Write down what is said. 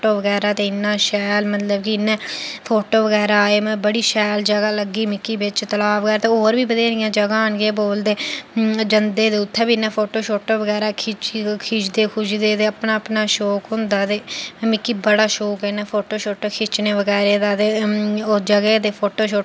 photo बगैरा ते इन्ना शैल मतलब कि इ'यां फोटो बगैरा आए बड़ी शैल जगह लग्गी मिकी बिच तलाब ऐ ते होर बी होर बी बत्हेरियां जगह न केह् बोलदे जंदे न ते उत्थें बी इ'यां फोटो शोटो बगैरा खिचदे खूचदे ते अपना अपना शौक होंदा ते मिगी बड़ा शौक ऐ इ'नें फोटो शोटो खिच्चने बगैरा दा ते उस जगह दे फोटो शोटो